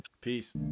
peace